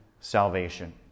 salvation